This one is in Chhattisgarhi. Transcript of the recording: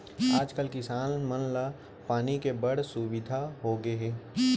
आज कल किसान मन ला पानी के बड़ सुबिधा होगे हे